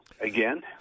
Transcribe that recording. again